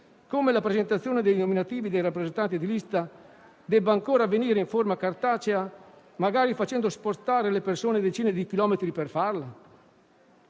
come la presentazione dei nominativi dei rappresentanti di lista debba ancora avvenire in forma cartacea, magari facendo spostare le persone decine di chilometri per farla?